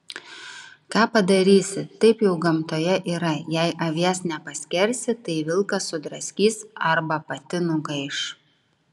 ką padarysi taip jau gamtoje yra jei avies nepaskersi tai vilkas sudraskys arba pati nugaiš